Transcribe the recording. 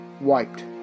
wiped